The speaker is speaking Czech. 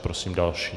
Prosím další.